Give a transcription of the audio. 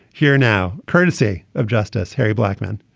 here now, courtesy of justice harry blackman,